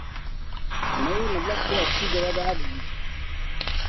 नहीं मतलब कोई अच्छी जगह पे आप